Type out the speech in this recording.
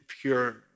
pure